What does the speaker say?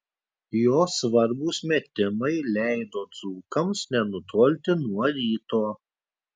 jo svarbūs metimai leido dzūkams nenutolti nuo ryto